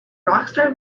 rockstar